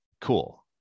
cool